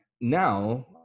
now